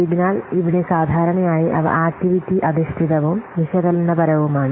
അതിനാൽ ഇവിടെ സാധാരണയായി അവ ആക്റ്റിവിറ്റി അധിഷ്ഠിതവും വിശകലനപരവുമാണ്